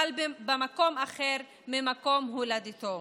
אבל במקום אחר ממקום הולדתו,